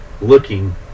looking